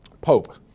Pope